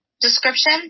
description